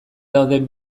dauden